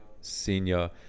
senior